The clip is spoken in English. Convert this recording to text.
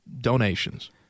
donations